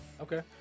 Okay